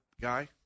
guy